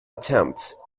attempts